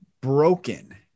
broken